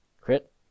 Crit